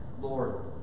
Lord